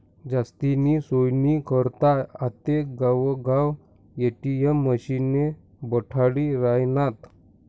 जास्तीनी सोयनी करता आते गावगाव ए.टी.एम मशिने बठाडी रायनात